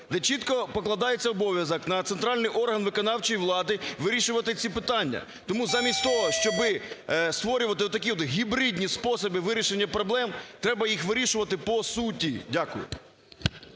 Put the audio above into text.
де чітко покладається обов'язок на центральний орган виконавчої влади вирішувати ці питання. Тому замість того, щоб створювати такі от гібридні способи вирішення проблем, треба їх вирішувати по суті. Дякую.